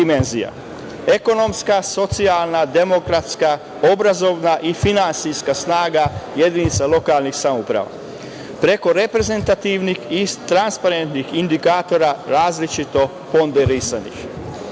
ekonomska, socijalna, demografska, obrazovna i finansijska snaga jedinica lokalnih samouprava preko reprezentativnih i transparentnih indikatora različito ponderisanih. Metodološka